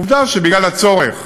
עובדה שבגלל הצורך